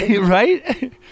Right